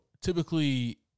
typically